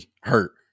hurt